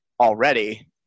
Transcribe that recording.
already